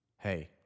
Hey